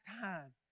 time